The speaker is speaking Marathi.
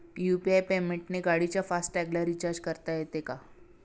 यु.पी.आय पेमेंटने गाडीच्या फास्ट टॅगला रिर्चाज करता येते का?